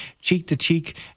cheek-to-cheek